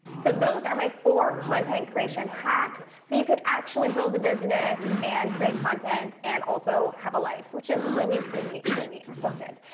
so, those are my four content creation hacks, so you can actually build a business and create content and also have a life. which is really, really, really important.